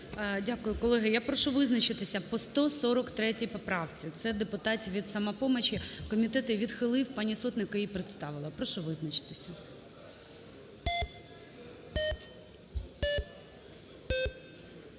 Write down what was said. Дякую. Колеги, я прошу визначитися по 143 поправці, це депутатів від "Самопомочі". Комітет її відхилив, пані Сотник її представила. Прошу визначитися.